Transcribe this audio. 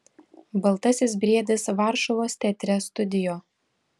baltasis briedis varšuvos teatre studio